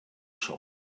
shop